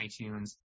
iTunes